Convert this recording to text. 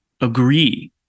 agree